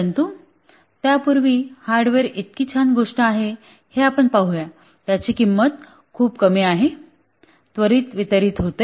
परंतु त्यापूर्वी हार्डवेअर इतकी छान गोष्ट आहे हे आपण पाहूया त्याची किंमत खूप कमी आहे त्वरित वितरित होते